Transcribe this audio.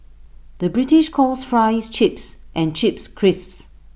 the British calls Fries Chips and Chips Crisps